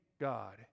God